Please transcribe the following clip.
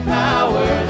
power